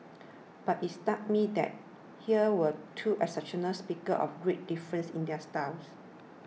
but it stuck me that here were two exceptional speakers of great difference in their styles